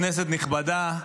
כנסת נכבדה,